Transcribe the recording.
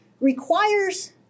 requires